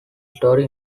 story